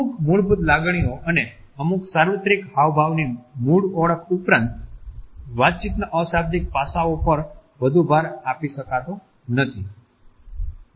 અમુક મૂળભૂત લાગણીઓ અને અમુક સાર્વત્રિક હાવભાવની મૂળ ઓળખ ઉપરાંત વાતચીતના અશાબ્દિક પાસાઓ પર વધુ ભાર આપી શકાતા નથી